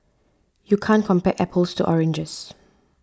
you can't compare apples to oranges